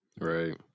Right